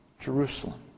Jerusalem